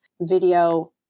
video